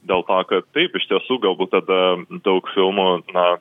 dėl to kad taip iš tiesų galbūt tada daug filmų na